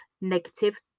negative